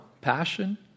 passion